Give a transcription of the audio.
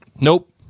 nope